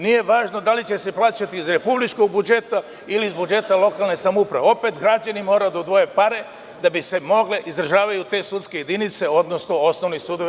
Nije važno da li će se plaćati iz republičkog budžeta ili iz budžeta lokalne samouprave, jer opet građani moraju da odvoje pare da bi mogle da se izdržavaju te sudske jedinice, odnosno osnovni sudovi.